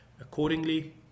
accordingly